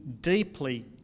deeply